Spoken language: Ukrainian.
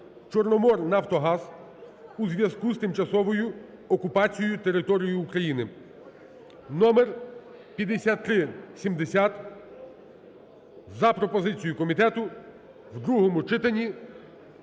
"Чорноморнафтогаз" у зв'язку з тимчасовою окупацією території України (№ 5370) за пропозицією комітету в другому читанні